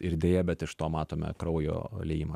ir deja bet iš to matome kraujo liejimą